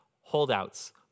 holdouts